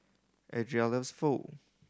Andria loves Pho